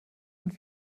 und